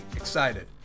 excited